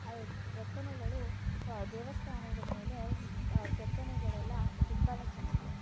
ಅಲ್ಲಿ ಕೆತ್ತನೆಗಳು ದೇವಸ್ಥಾನದ ಮೇಲೆ ಕೆತ್ತನೆಗಳೆಲ್ಲ ತುಂಬ ಚೆನ್ನಾಗಿದೆ